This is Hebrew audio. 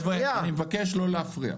חבר'ה, אני מבקש לא להפריע.